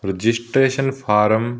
registration form